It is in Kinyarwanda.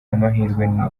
amahirwe